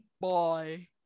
Bye